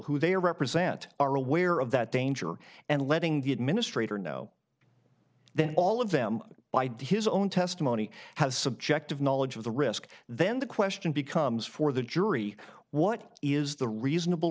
who they represent are aware of that danger and letting the administrator know then all of them by the his own testimony has subjective knowledge of the risk then the question becomes for the jury what is the reasonable